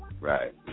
Right